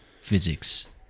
physics